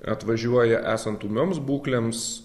atvažiuoja esant ūmioms būklėms